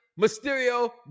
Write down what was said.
Mysterio